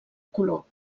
color